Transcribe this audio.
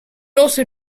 also